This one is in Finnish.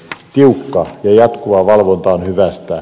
tiukka ja jatkuva valvonta on hyvästä